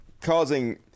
causing